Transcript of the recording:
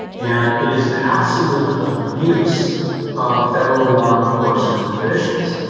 and it is an absolute abuse of federal law enforcement officials.